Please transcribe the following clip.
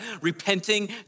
repenting